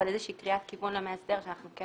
אבל איזושהי קריאת כיוון למאסדר שאנחנו כן